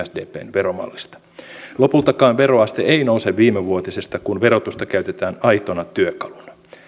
sdpn veromallista lopultakaan veroaste ei nouse viimevuotisesta kun verotusta käytetään aitona työkaluna